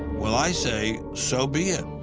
well, i say so be it.